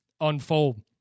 unfold